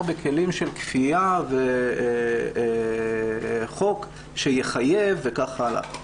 בכלים של כפיה וחוק שיחייב וכך הלאה,